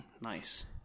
Nice